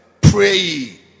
pray